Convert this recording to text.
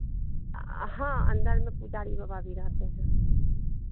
हाँ अंदर में पुजारी बाबा भी रहते हैं